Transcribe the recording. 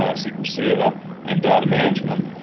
ah sql server and data management.